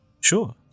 Sure